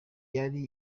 yari